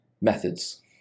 methods